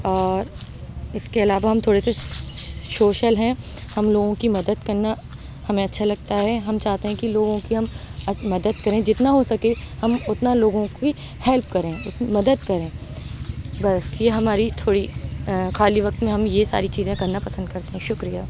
اور اس کے علاوہ ہم تھوڑے سے سوشل ہیں ہم لوگوں کی مدد کرنا ہمیں اچھا لگتا ہے ہم چاہتے ہیں کہ لوگوں کی ہم مدد کریں جتنا ہو سکے ہم اتنا لوگوں کی ہیلپ کریں مدد کریں بس یہ ہماری تھوڑی خالی وقت میں ہم یہ ساری چیزیں کرنا پسند کرتے ہیں شکریہ